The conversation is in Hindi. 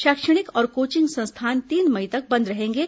शैक्षणिक और कोचिंग संस्थान तीन मई तक बंद रहेंगे